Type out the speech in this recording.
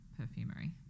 perfumery